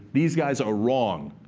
these guys are wrong.